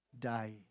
Die